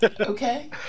Okay